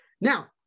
Now